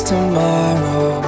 Tomorrow